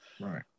Right